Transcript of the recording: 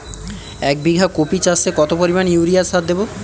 এক বিঘা কপি চাষে কত পরিমাণ ইউরিয়া সার দেবো?